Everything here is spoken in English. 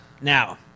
Now